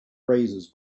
razors